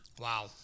Wow